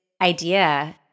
idea